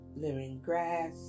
lemongrass